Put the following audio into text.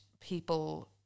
people –